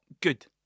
good